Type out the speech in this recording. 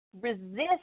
resist